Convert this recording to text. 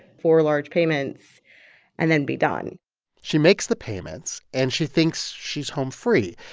four large payments and then be done she makes the payments, and she thinks she's home free.